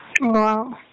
Wow